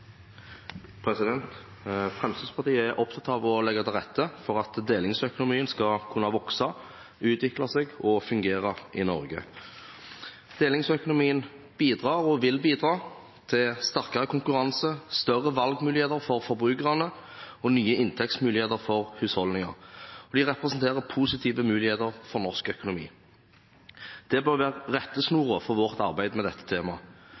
opptatt av å legge til rette for at delingsøkonomien skal kunne vokse, utvikle seg og fungere i Norge. Delingsøkonomien bidrar, og vil bidra, til sterkere konkurranse, større valgmuligheter for forbrukerne og nye inntektsmuligheter for husholdninger, og det representerer positive muligheter for norsk økonomi. Det bør være rettesnorer for vårt arbeid med dette temaet.